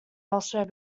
elsewhere